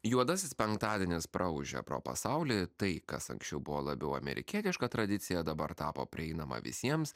juodasis penktadienis praūžė pro pasaulį tai kas anksčiau buvo labiau amerikietiška tradicija dabar tapo prieinama visiems